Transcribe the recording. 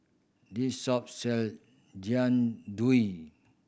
this shop sell Jian Dui